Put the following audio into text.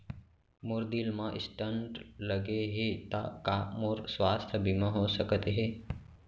मोर दिल मा स्टन्ट लगे हे ता का मोर स्वास्थ बीमा हो सकत हे?